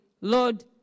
Lord